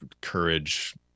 courage